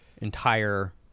entire